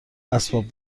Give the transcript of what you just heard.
اسباب